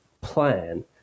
plan